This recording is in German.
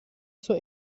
zur